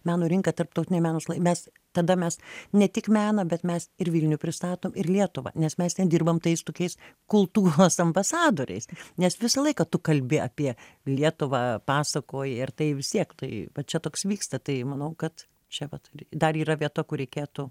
meno rinką tarptautinę meno mes tada mes ne tik meną bet mes ir vilnių pristatom ir lietuvą nes mes ten dirbam tais tokiais kultūros ambasadoriais nes visą laiką tu kalbi apie lietuvą pasakoji ir tai vis tiek tai čia toks vyksta tai manau kad čia vat dar yra vieta kur reikėtų